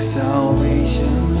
salvation